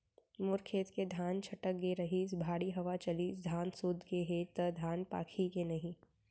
मोर खेत के धान छटक गे रहीस, भारी हवा चलिस, धान सूत गे हे, त धान पाकही के नहीं?